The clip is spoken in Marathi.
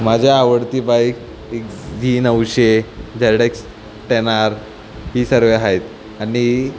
माझी आवडती बाईक ही झी नऊशे झेर्डेक्स टेन आर ही सर्व आहेत आणि